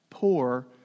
Poor